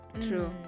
True